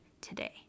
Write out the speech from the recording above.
today